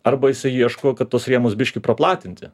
arba jisai ieško kad tuos rėmus biškį praplatinti